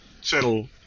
settle